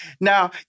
Now